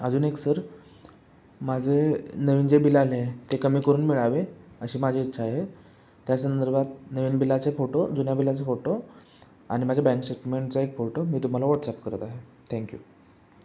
अजून एक सर माझे नवीन जे बिल आले आहे ते कमी करून मिळावे अशी माझी इच्छा आहे त्या संदर्भात नवीन बिलाचे फोटो जुन्या बिलाचे फोटो आणि माझ्या बँक स्टेटमेंटचा एक फोटो मी तुम्हाला व्हॉट्सअप करत आहे थँक्यू